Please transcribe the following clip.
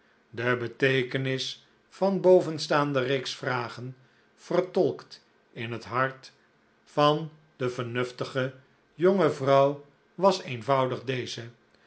de beteekenis van bovenstaande reeks vragen vertolkt in het hart van de vernuftige jonge vrouw was eenvoudig deze